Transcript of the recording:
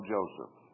Joseph